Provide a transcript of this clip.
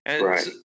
Right